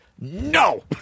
no